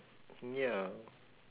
ya